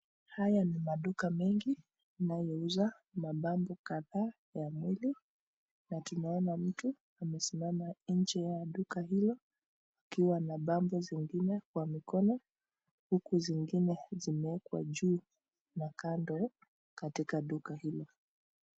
Haya ni maduka mengi yanayouza mapambo kadhaa ya mwili na tunaona mtu amesimama nje ya duka hilo, akiwa na pambo zingine kwa mikono, huku zingine zimeekwa juu na kando katika duka hilo.